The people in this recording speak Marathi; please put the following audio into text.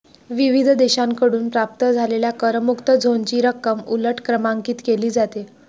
विविध देशांकडून प्राप्त झालेल्या करमुक्त झोनची रक्कम उलट क्रमांकित केली जाते